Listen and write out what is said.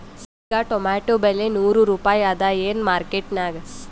ಈಗಾ ಟೊಮೇಟೊ ಬೆಲೆ ನೂರು ರೂಪಾಯಿ ಅದಾಯೇನ ಮಾರಕೆಟನ್ಯಾಗ?